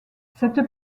cette